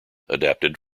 adapted